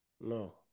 No